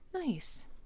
nice